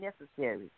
necessary